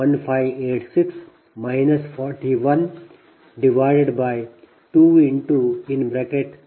1586 4120